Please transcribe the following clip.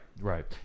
right